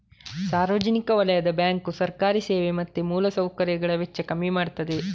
ಸಾರ್ವಜನಿಕ ವಲಯದ ಬ್ಯಾಂಕು ಸರ್ಕಾರಿ ಸೇವೆ ಮತ್ತೆ ಮೂಲ ಸೌಕರ್ಯಗಳ ವೆಚ್ಚ ಕಮ್ಮಿ ಮಾಡ್ತದೆ